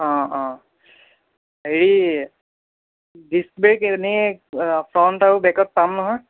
অঁ অঁ হেৰি ডিছব্ৰেক এনেই ফ্ৰণ্ট আৰু বেকত পাম নহয়